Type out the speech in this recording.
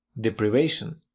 deprivation